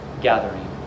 gathering